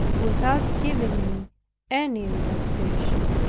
without giving me any relaxation.